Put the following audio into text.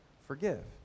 forgive